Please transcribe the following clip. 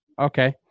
okay